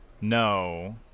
No